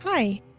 Hi